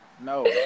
no